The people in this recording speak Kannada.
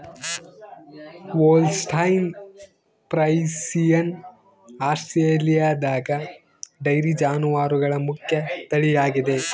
ಹೋಲ್ಸ್ಟೈನ್ ಫ್ರೈಸಿಯನ್ ಆಸ್ಟ್ರೇಲಿಯಾದಗ ಡೈರಿ ಜಾನುವಾರುಗಳ ಮುಖ್ಯ ತಳಿಯಾಗಿದೆ